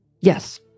Yes